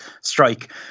strike